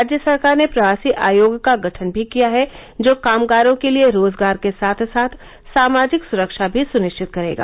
राज्य सरकार ने प्रवासी आयोग का गठन भी किया है जो कामगारों के लिए रोजगार के साथ साथ सामाजिक सुरक्षा भी सुनिश्चित करेगा